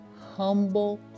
humble